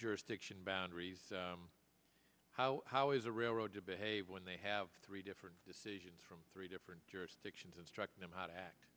jurisdiction boundaries how how is a railroad to behave when they have three different decisions from three different jurisdictions instruct them how to